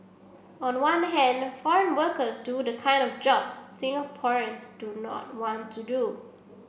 on the one hand foreign workers do the kind of jobs Singaporeans do not want to do